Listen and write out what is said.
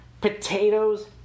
potatoes